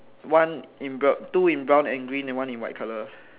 one in brown two in brown and green and one in white colour